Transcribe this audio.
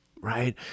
right